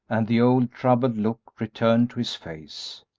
and the old troubled look returned to his face.